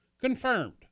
Confirmed